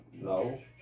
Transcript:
No